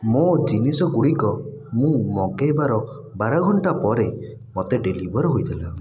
ମୋ ଜିନିଷଗୁଡ଼ିକ ମୁଁ ମଗାଇବାର ବାର ଘଣ୍ଟା ପରେ ମୋତେ ଡ଼େଲିଭର୍ ହୋଇଥିଲା